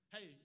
Hey